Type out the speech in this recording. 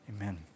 Amen